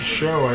show